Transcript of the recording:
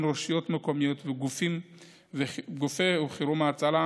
רשויות מקומיות וגופי חירום והצלה,